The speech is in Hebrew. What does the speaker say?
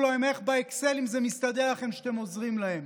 להם איך באקסלים זה מסתדר לכם שאתם עוזרים להם.